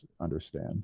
understand